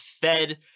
Fed